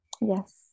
Yes